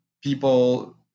people